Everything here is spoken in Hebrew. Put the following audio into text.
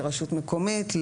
לרשות מקומית,